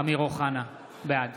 (קורא בשם חבר הכנסת) אמיר אוחנה, בעד